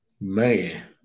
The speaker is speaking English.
Man